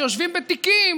שיושבים בתיקים